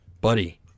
buddy